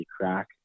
crack